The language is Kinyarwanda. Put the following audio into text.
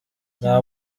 nta